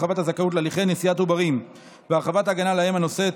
הרחבת הזכאות להליכי נשיאת עוברים והרחבת ההגנה על האם הנושאת),